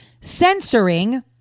censoring